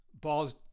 balls